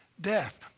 death